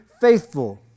faithful